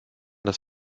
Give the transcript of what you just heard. das